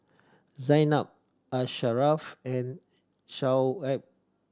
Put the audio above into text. Zaynab Asharaff and Shoaib